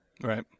Right